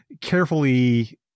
carefully